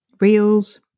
reels